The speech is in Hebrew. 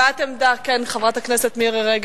הבעת עמדה, כן, חברת הכנסת מירי רגב.